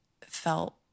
felt